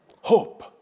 hope